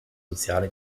soziale